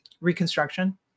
reconstruction